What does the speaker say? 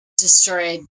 Destroyed